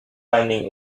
landing